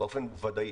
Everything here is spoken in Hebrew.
באופן ודאי,